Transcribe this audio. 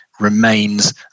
remains